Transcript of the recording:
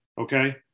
Okay